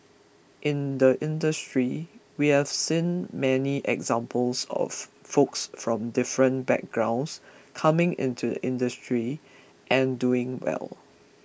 in the industry we have seen many examples of folks from different backgrounds coming into the industry and doing well